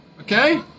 okay